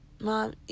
Mom